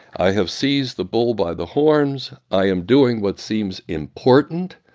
i have seized the bull by the horns. i am doing what seems important.